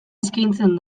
eskaintzen